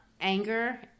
anger